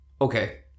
Okay